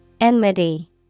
Enmity